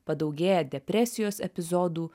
padaugėja depresijos epizodų